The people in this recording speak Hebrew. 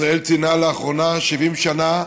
ישראל ציינה לאחרונה 70 שנה,